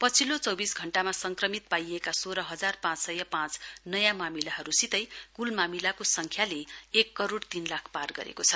पछिल्लो चौबिस घण्टामा संक्रमित पाइएका सोह्र हजार पाँच सय पाँच नयाँ मामिलाहरूसितै कुल मामिलाको संख्याले एक करोड़ तीन लाख पार गरेको छ